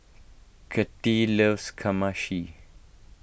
Kattie loves Kamameshi